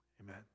amen